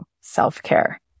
self-care